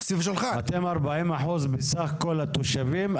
אתם ארבעים אחוז מסך כל התושבים,